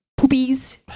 poopies